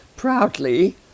Proudly